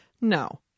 no